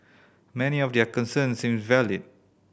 many of their concerns seemed valid